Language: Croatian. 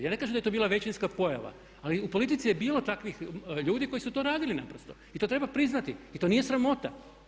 Ja ne kažem da je to bila većinska pojava ali u politici je bilo takvih ljudi koji su to radili naprosto i to treba priznati i to nije sramota.